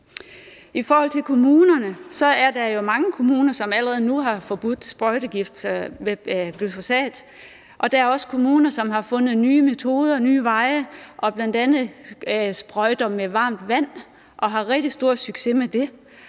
I forhold til kommunerne er der jo mange kommuner, som allerede har forbudt sprøjtegiften glyfosat, og der er også kommuner, som har fundet nye metoder, nye veje, og bl.a. sprøjter med varmt vand og har rigtig stor succes med det.